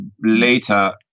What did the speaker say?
later